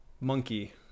monkey